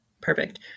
perfect